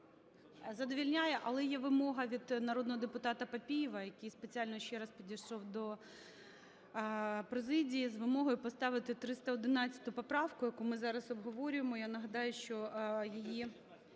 Задовольняє, але є вимога від народного депутата Папієва, який спеціально ще раз підійшов до президії з вимогою поставити 311 поправку, яку ми зараз обговорюємо. Я нагадаю, що її…